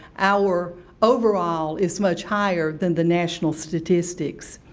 our overall is much higher than the national statistics.